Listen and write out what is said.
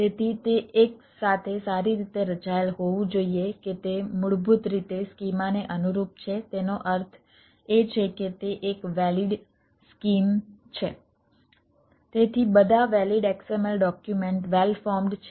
તેથી બધા valid XML document well formed છે